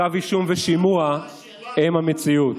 כתב אישום ושימוע הם המציאות.